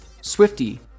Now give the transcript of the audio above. Swifty